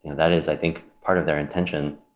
and that is, i think part of their intention.